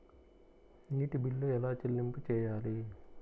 నీటి బిల్లు ఎలా చెల్లింపు చేయాలి?